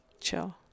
chill